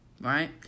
Right